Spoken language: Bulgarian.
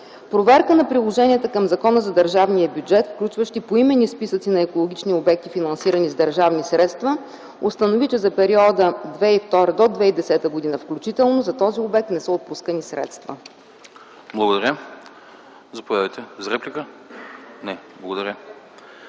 Проверка на приложенията към Закона за държавния бюджет, включващи поименни списъци на екологични обекти, финансирани с държавни средства установи, че за периода 2002 г. до 2010 г. включително, до този момент не са отпускани средства. ПРЕДСЕДАТЕЛ АНАСТАС АНАСТАСОВ: Благодаря.